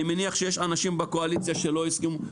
אני מניח שיש אנשים בקואליציה שלא הסכימו.